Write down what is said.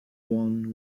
one